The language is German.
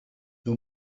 nur